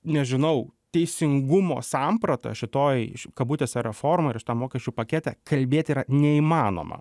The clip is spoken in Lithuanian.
nežinau teisingumo sampratą šitoj kabutėse reformoj arr šitam mokesčių pakete kalbėti yra neįmanoma